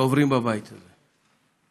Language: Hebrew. שעוברים בבית הזה,